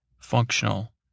functional